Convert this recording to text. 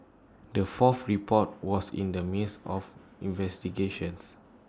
the fourth report was in the midst of investigations